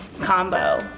combo